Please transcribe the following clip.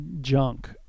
junk